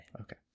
Okay